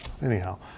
Anyhow